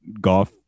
golf